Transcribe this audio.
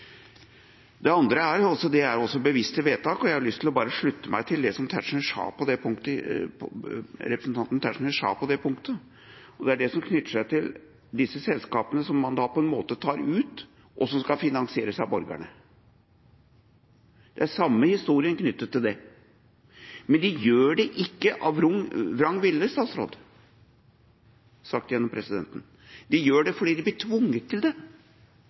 Det andre er også bevisste vedtak. Jeg har lyst til å slutte meg til det representanten Tetzschner sa på det punktet. Det er det som er knyttet til disse selskapene som man på en måte tar ut, og som skal finansieres av borgerne. Det er samme historien knyttet til det. De gjør det ikke av vrang vilje, statsråd – sagt gjennom presidenten – de gjør det fordi de blir tvunget til det,